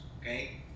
Okay